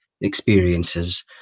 experiences